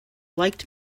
liked